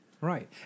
right